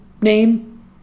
name